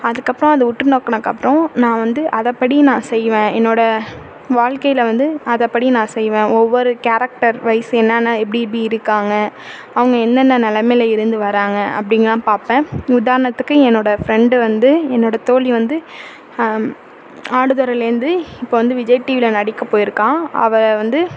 அதுக்கப்புறம் அதை உற்று நோக்குனதுக்கப்புறம் நான் வந்து அதைபடி நான் செய்வேன் என்னோட வாழ்க்கைல வந்து அதை படி நான் செய்வேன் ஒவ்வொரு கேரக்டர் வைஸ் என்னான்ன எப்படி எப்படி இருக்காங்க அவங்க என்னென்ன நிலைமையில இருந்து வராங்க அப்படின்லாம் பார்ப்போம் உதாரணத்துக்கு என்னோட ஃப்ரெண்டு வந்து என்னோட தோழி வந்து ஆடுதுறைலந்து இப்போ வந்து விஜய் டிவியில நடிக்க போயிருக்கா அவ வந்து